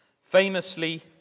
Famously